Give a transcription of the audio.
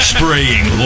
Spraying